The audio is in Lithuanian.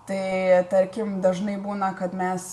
tai tarkim dažnai būna kad mes